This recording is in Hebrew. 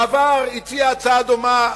בעבר הציע הצעה דומה,